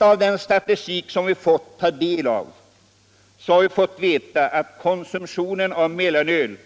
Av den statistik som vi har fått ta del av framgår att konsumtionen av mellanöl